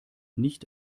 nicht